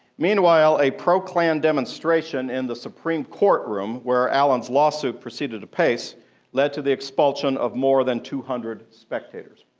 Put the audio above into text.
meanwhile, a pro-klan demonstration in the supreme court room where alan's lawsuit proceeded apace led to the expulsion of more than two hundred spectators.